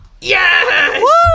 yes